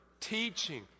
teaching